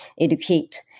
educate